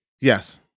Yes